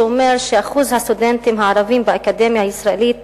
שאומר שאחוז הסטודנטים הערבים באקדמיה הישראלית